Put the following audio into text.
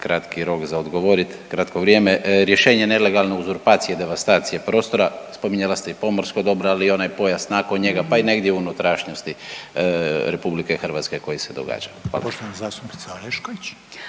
kratki rok za odgovorit kratko vrijeme, rješenje nelegalne uzurpacije, devastacije prostora, spominjala ste i pomorsko dobro, ali i onaj pojas nakon njega pa i negdje u unutrašnjosti RH koji se događa. Hvala.